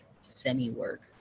semi-work